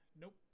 Nope